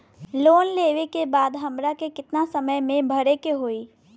Loan लेवे के बाद हमरा के कितना समय मे भरे के होई?